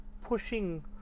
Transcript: pushing